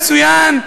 זוכר מצוין.